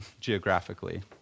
geographically